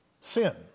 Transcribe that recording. sin